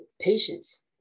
patience